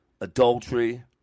Adultery